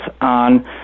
on